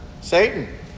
Satan